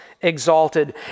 exalted